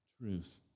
truth